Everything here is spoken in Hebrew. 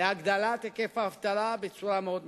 להגדלת היקף האבטלה בצורה מאוד משמעותית.